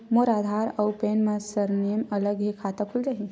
मोर आधार आऊ पैन मा सरनेम अलग हे खाता खुल जहीं?